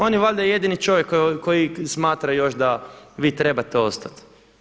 On je valjda jedini čovjek koji smatra još da vi trebate ostati.